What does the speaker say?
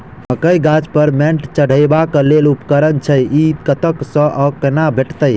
मकई गाछ पर मैंट चढ़ेबाक लेल केँ उपकरण छै? ई कतह सऽ आ कोना भेटत?